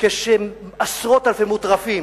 כשעשרות אלפי מוטרפים